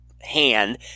hand